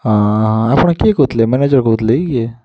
ହଁ ଆପଣ କିଏ କହୁଥିଲେ ମ୍ୟାନେଜର୍ କହୁଥିଲେ କି କିଏ